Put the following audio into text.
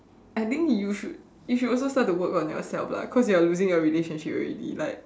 I think you should you should also start to work on yourself lah cause you are losing your relationship already like